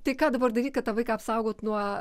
tai ką dabar daryt kad tą vaiką apsaugot nuo